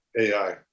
AI